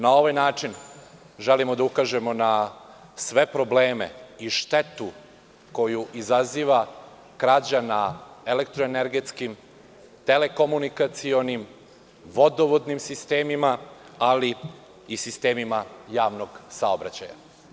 Na ovaj način želimo da ukažemo na sve probleme i štetu koju izaziva krađa na elektroenergetskim, telekomunikacionim, vodovodnim sistemima, ali i sistemima javnog saobraćaja.